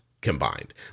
combined